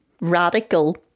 radical